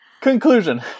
Conclusion